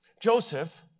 Joseph